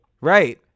right